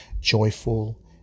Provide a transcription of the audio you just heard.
joyful